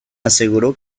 aseguró